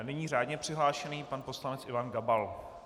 Nyní řádně přihlášený pan poslanec Ivan Gabal.